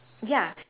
ya